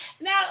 Now